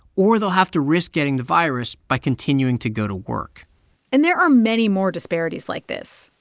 or they'll have to risk getting the virus by continuing to go to work and there are many more disparities like this.